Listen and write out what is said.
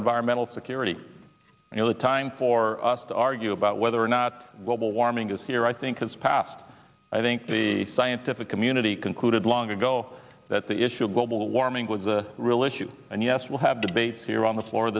environmental security and the time for us to argue about whether or not what will warming is here i think has passed i think the scientific community concluded long ago that the issue of global warming was a real issue and yes we'll have debates here on the floor